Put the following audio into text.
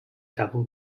double